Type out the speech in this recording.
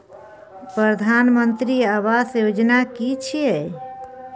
प्रधानमंत्री आवास योजना कि छिए?